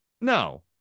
no